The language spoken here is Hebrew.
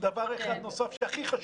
דבר אחד נוסף, הכי חשוב.